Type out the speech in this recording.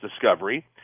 discovery